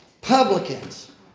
Publicans